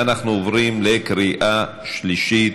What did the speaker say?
אנחנו עוברים לקריאה שלישית.